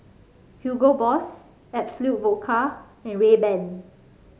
Hugo Boss Absolut Vodka and Rayban